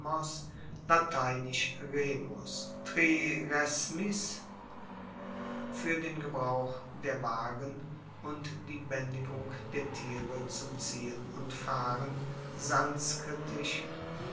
lateinisch remus tri res mis fuer den gebrauch der wagen und die baendigung der tiere zum ziehen und fahren